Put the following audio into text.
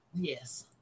Yes